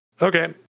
Okay